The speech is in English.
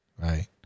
Right